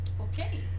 Okay